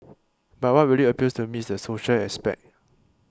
but what really appeals to me is the social aspect